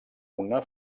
una